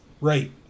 right